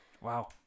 Wow